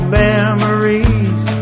memories